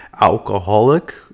alcoholic